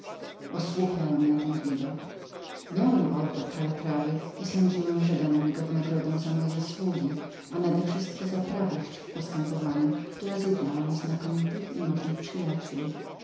osłupiałem na ten widok miałem krzyż kalatrawy i sądziłem że dano mi go w nagrodę moich zasług a nadewszystko prawości w postępowaniu która zjednała mi znakomitych i możnych przyjacioł